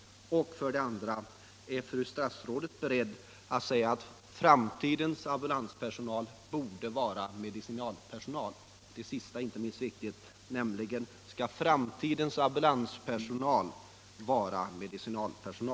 Är fru statsrådet vidare beredd att uttala att framtidens ambulanspersonal bör vara medicinalpersonal? Den sista frågan är den inte minst viktiga.